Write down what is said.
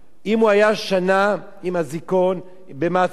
אם הוא היה שנה עם אזיקון במעצר-בית,